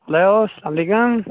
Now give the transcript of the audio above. hello سَلام علیکُم